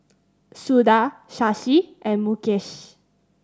Suda Shashi and Mukesh